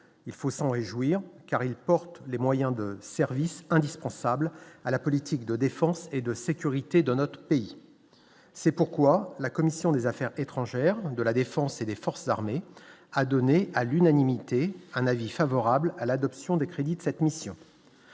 il faut s'en réjouir car il porte les moyens de services indispensables à la politique de défense et de sécurité de notre pays, c'est pourquoi la commission des Affaires étrangères de la Défense et des forces armées a donné à l'unanimité un avis favorable à l'adoption des crédits de cette mission.